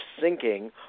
sinking